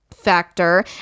factor